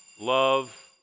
love